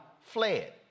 fled